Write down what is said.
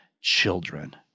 children